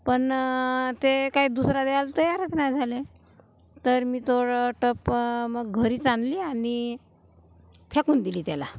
पण ते काय दुसरा द्यायला तयारच नाही झाले तर मी तो टप मग घरीच आणली आणि फेकून दिली त्याला